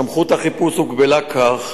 סמכות החיפוש הוגבלה כך